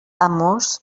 amors